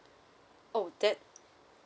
oh that